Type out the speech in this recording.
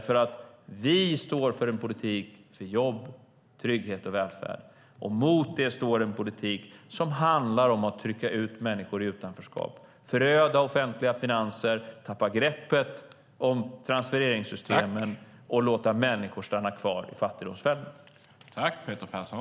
Vi står för en politik för jobb, trygghet och välfärd. Mot detta står en politik som handlar om att trycka ut människor i utanförskap, föröda offentliga finanser, tappa greppet om transfereringssystemen och låta människor stanna kvar i fattigdomsfällan.